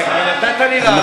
אתה כבר נתת לי לעלות,